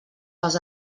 pas